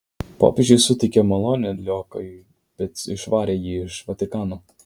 popiežius suteikė malonę liokajui bet išvarė jį iš vatikano